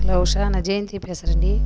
hello Usha நான் ஜெயந்தி பேசுறேன்டி